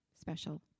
special